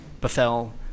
befell